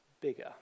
Bigger